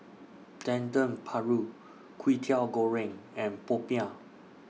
Dendeng Paru Kwetiau Goreng and Popiah